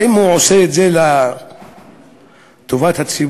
האם הוא עושה את זה לטובת הציבור,